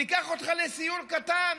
ניקח אותך לסיור קטן